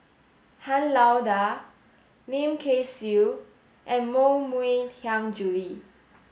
Han Lao Da Lim Kay Siu and Koh Mui Hiang Julie